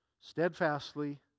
steadfastly